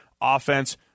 offense